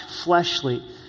fleshly